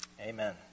amen